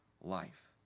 life